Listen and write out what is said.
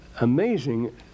amazing